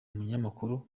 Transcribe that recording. n’umunyamakuru